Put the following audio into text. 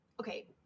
okay